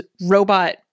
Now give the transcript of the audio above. robot